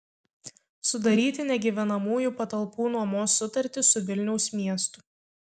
sudaryti negyvenamųjų patalpų nuomos sutartį su vilniaus miestu